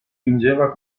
fingeva